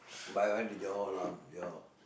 but I went to Johor lah Johor